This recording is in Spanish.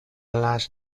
las